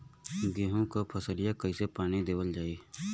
गेहूँक फसलिया कईसे पानी देवल जाई?